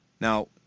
Now